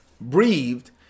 breathed